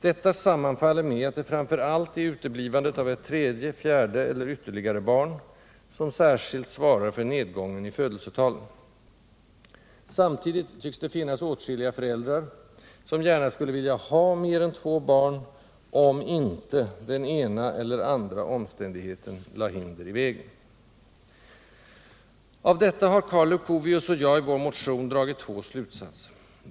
Detta sammanfaller med att det framför allt är uteblivandet av ett tredje, fjärde eller ytterligare barn, som särskilt svarar för nedgången i födelsetalen. Samtidigt tycks det finnas åtskilliga föräldrar, som gärna skulle vilja ha mera än två barn, om inte den ena eller andra omständigheten lade hinder i vägen. Av detta har Karl Leuchovius och jag i vår motion dragit två slutsatser.